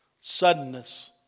suddenness